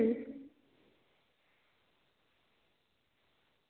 तो Dell company Dell company का दे